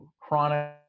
chronic